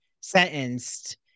sentenced